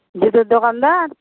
জুতোর দোকানদার